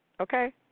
Okay